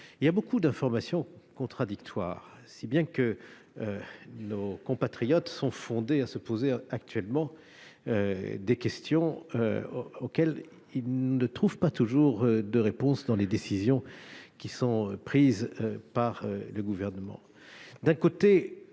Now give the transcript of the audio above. De nombreuses informations contradictoires circulent, si bien que nos compatriotes sont fondés à se poser actuellement des questions auxquelles ils ne trouvent pas toujours de réponse dans les décisions qui sont prises par le Gouvernement. D'un côté,